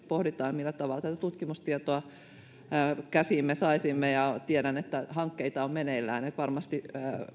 pohditaan millä tavalla tätä tutkimustietoa käsiimme saisimme tiedän että hankkeita on meneillään varmasti